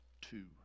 two